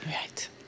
Right